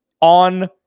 on